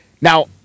Now